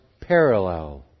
parallel